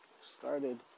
started